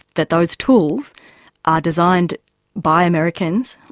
that those tools are designed by americans,